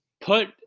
put